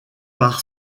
par